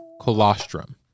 colostrum